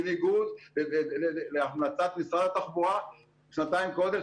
בניגוד להמלצת משרד התחבורה שנתיים קודם,